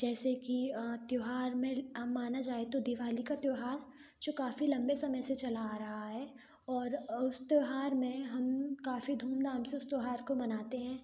जैसे कि त्यौहार में माना जाए तो दिवाली का त्यौहार जो काफ़ी लम्बे समय से चला आ रहा है और उस त्यौहार में हम काफ़ी धूमधाम से उस त्यौहार मानते हैं